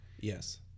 Yes